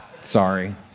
Sorry